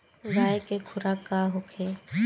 गाय के खुराक का होखे?